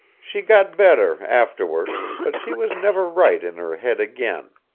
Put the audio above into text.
she got better afterwards, but she was never right in her head again.